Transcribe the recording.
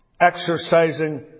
exercising